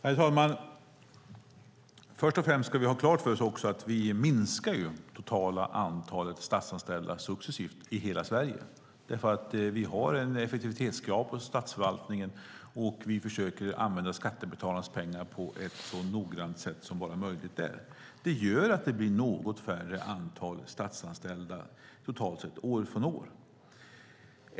Herr talman! Först och främst ska vi ha klart för oss att vi minskar det totala antalet statsanställda successivt i hela Sverige, därför att vi har ett effektivitetskrav på statsförvaltningen, och vi försöker använda skattebetalarnas pengar på ett så noggrant sätt som det bara är möjligt. Det gör att det blir ett något lägre antal statsanställda totalt sett år från år.